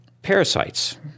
Parasites